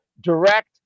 direct